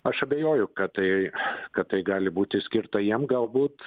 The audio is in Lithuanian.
aš abejoju kad tai kad tai gali būti skirta jiem galbūt